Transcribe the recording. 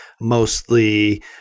Mostly